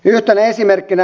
yhtenä esimerkkinä